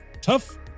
Tough